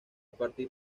partir